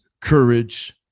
courage